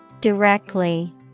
Directly